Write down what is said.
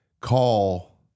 call